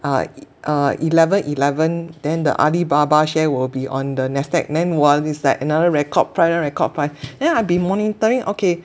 uh uh eleven eleven then the Alibaba share will be on the NASDAQ then while these like another record prior record but then I'd been monitoring okay